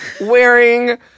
wearing